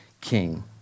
king